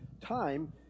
time